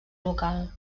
local